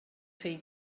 chi